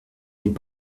n’est